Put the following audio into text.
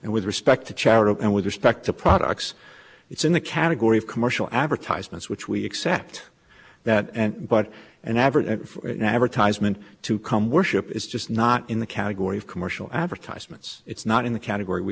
and with respect to charity and with respect to products it's in the category of commercial advertisements which we accept that but an average advertisement to come worship is just not in the category of commercial advertisements it's not in the category we